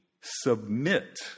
submit